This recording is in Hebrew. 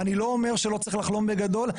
אני לא אומר שלא צריך לחלום בגדול,